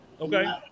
Okay